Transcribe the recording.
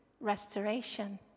restoration